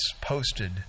posted